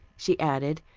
she added,